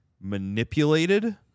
manipulated